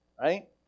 right